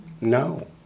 No